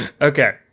Okay